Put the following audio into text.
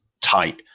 tight